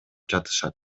жатышат